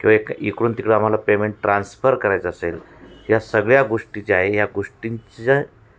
किंवा एक इकडून तिकडं आम्हाला पेमेंट ट्रान्स्फर करायचं असेल या सगळ्या गोष्टी ज्या आहे या गोष्टींच्या